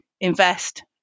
invest